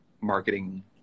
marketing